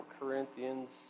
Corinthians